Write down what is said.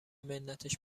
منتش